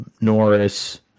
Norris